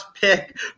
pick